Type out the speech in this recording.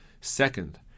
Second